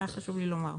חשוב לומר.